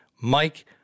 Mike